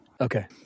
Okay